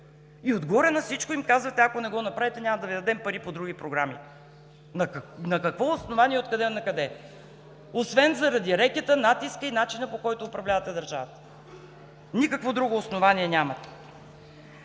и отгоре на всичко им казвате: „Ако не го направите, няма да Ви дадем пари по други програми“. На какво основание? Откъде-накъде? Освен заради рекета, натиска и начина, по който управлявате държавата, никакво друго основание нямате.